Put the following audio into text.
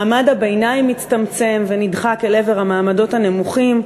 מעמד הביניים מצטמצם ונדחק אל עבר המעמדות הנמוכים.